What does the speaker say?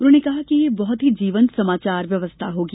उन्होंने कहा कि यह बहत जीवन्त समाचार व्यवस्था होगी